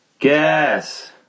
Guess